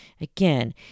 again